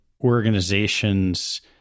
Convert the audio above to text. organizations